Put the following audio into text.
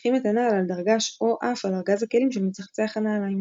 ומניחים את הנעל על דרגש או אף על ארגז הכלים של מצחצח הנעליים.